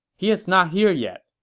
he's not here yet.